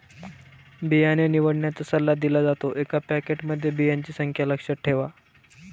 बियाणे निवडण्याचा सल्ला दिला जातो, एका पॅकेटमध्ये बियांची संख्या लक्षात ठेवा